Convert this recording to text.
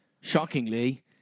shockingly